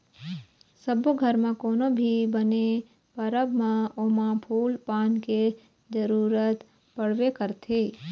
सब्बो घर म कोनो भी बने परब म ओमा फूल पान के जरूरत पड़बे करथे